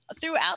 throughout